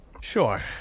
Sure